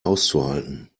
auszuhalten